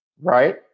right